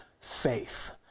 faith